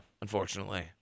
unfortunately